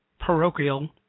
parochial